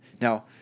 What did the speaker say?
Now